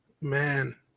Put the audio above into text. Man